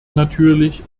natürlich